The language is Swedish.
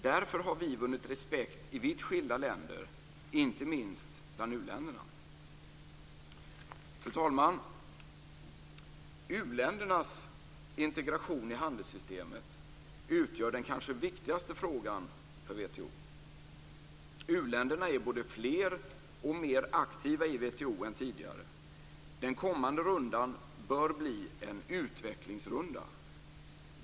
Därför har vi vunnit respekt i vitt skilda länder, inte minst bland uländerna. Fru talman! U-ländernas integration i handelssystemet utgör den kanske viktigaste frågan för WTO. U-länderna är både fler och mer aktiva i WTO än tidigare. Den kommande rundan bör bli en utvecklingsrunda.